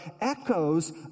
echoes